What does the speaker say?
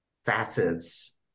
facets